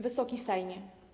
Wysoki Sejmie!